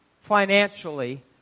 financially